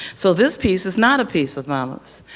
so this piece is not a piece of mamas.